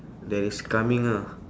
that is coming ah